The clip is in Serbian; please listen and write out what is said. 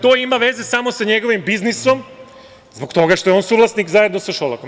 To ima veze samo sa njegovim biznisom, zbog toga što je on suvlasnik zajedno sa Šolakom.